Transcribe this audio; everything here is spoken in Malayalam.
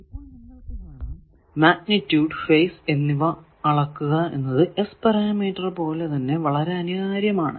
ഇപ്പോൾ നിങ്ങൾക്കു കാണാം മാഗ്നിറ്റൂഡ് ഫേസ് എന്നിവ അളക്കുക എന്നത് S പാരാമീറ്റർ പോലെ തന്നെ വളരെ അനിവാര്യമാണ്